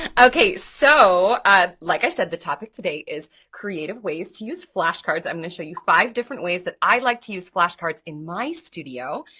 okay, so ah like i said the topic today is creative ways to use flashcards. i'm gonna show you five different ways that i like to use flashcards in my studio,